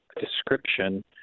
description